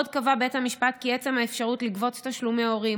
עוד קבע בית המשפט כי עצם האפשרות לגבות תשלומי הורים,